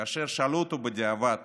כאשר שאלו אותו בדיעבד